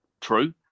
true